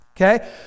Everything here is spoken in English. okay